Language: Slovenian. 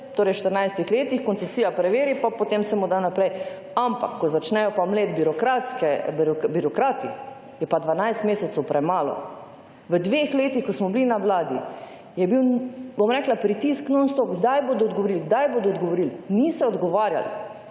se po 14 letih koncesija preveri pa potem se mu da naprej. Ampak ko začnejo pa mleti birokrati je 12 mesecev premalo. V dveh letih ko smo bili na vladi je bil, bom rekla, pritisk non stop, kdaj bodo odgovorili, kdaj bodo odgovorili. Niso odgovarjali